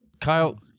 Kyle